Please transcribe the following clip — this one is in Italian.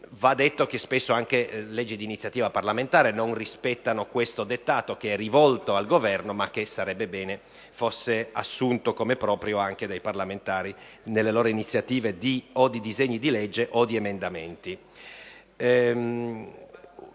Va detto che spesso anche leggi di iniziativa parlamentare non rispettano questo dettato rivolto al Governo, che sarebbe bene fosse assunto come proprio anche dai parlamentari nelle loro iniziative o di disegni di legge o di emendamenti.